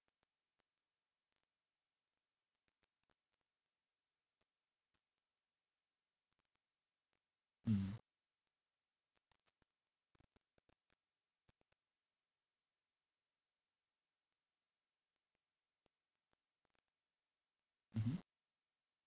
mm mmhmm